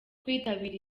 kwitabira